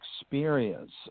experience